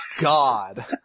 god